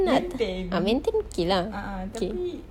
maintain a'ah tapi